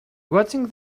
watching